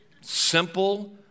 Simple